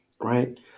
right